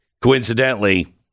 coincidentally